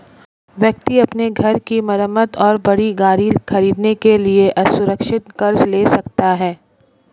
व्यक्ति अपने घर की मरम्मत और बड़ी गाड़ी खरीदने के लिए असुरक्षित कर्ज ले सकता है